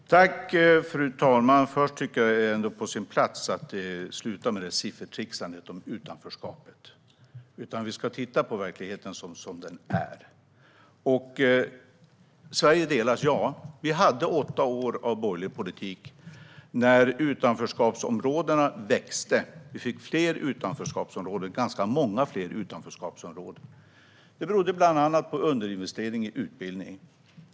Fru talman! Först och främst tycker jag att det ändå är på sin plats att sluta med siffertricksandet när det gäller utanförskapet och i stället titta på verkligheten som den är. Sverige delas - ja. Vi hade åtta år av borgerlig politik, då utanförskapsområdena växte. Vi fick ganska många fler utanförskapsområden. Det berodde bland annat på underinvestering i utbildning.